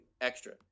extra